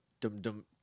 dum-dum